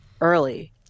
early